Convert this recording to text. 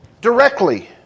directly